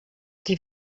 die